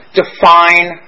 define